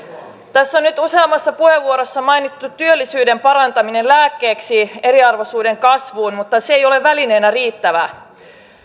tässä on nyt useammassa puheenvuorossa mainittu työllisyyden parantaminen lääkkeeksi eriarvoisuuden kasvuun mutta se ei ole välineenä riittävä